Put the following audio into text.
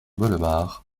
bellemare